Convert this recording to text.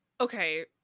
Okay